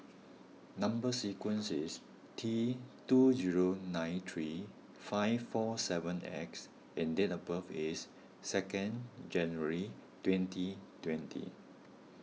Number Sequence is T two zero nine three five four seven X and date of birth is second January twenty twenty